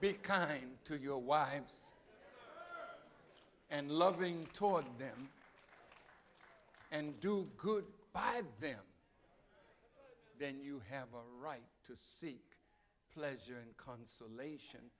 coming to your wives and loving toward them and do good by them then you have a right to seek pleasure and consolation